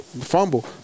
Fumble